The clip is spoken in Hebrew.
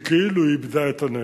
כי היא כאילו איבדה את הנכס.